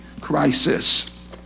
crisis